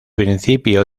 principio